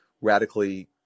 radically